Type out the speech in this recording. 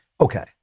Okay